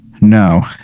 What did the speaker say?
no